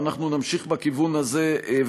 ואנחנו נמשיך בכיוון הזה,